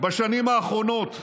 בשנים האחרונות?